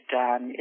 done